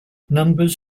numbers